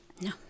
No